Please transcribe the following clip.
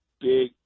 Big